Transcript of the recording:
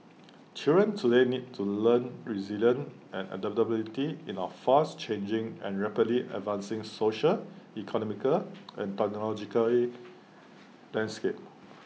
children today need to learn resilience and adaptability in our fast changing and rapidly advancing social economical and technologically landscape